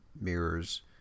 mirrors